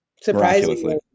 surprisingly